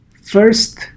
First